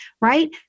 right